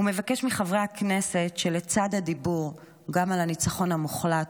ומבקש מחברי הכנסת שלצד הדיבור על הניצחון המוחלט,